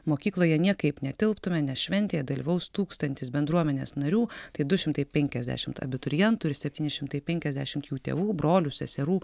mokykloje niekaip netilptume nes šventėje dalyvaus tūkstantis bendruomenės narių tai du šimtai penkiasdešimt abiturientų ir septyni šimtai penkiasdešimt jų tėvų brolių seserų